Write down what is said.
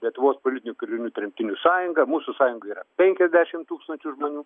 lietuvos politinių kalinių ir tremtinių sąjungą mūsų sąjungoj yra penkiasdešim tūkstančių žmonių